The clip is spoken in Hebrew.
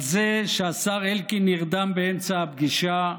על זה שהשר אלקין נרדם באמצע הפגישה,